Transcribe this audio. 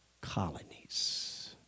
colonies